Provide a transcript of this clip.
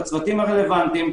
את הצוותים הרלוונטיים,